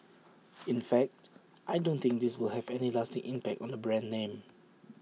in fact I don't think this will have any lasting impact on the brand name